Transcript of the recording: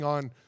on